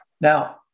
Now